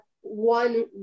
one